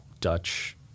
Dutch